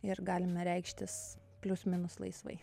ir galime reikštis plius minus laisvai